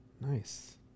nice